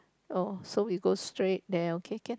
oh so we go straight then okay can